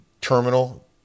terminal